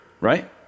Right